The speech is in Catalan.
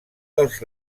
dels